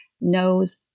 knows